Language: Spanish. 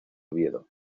oviedo